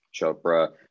Chopra